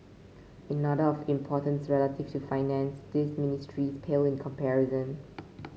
in order of importance relative to Finance these ministries pale in comparison